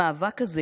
המאבק הזה